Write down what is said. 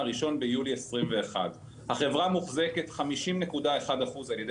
מה-1 ביולי 21 החברה מוחזקת 50.1% על-ידי